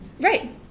Right